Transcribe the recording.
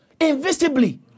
invisibly